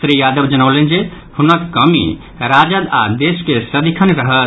श्री यादव जनौलनि जे हुनक कमि राजद आओर देश के सदिखन रहत